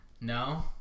No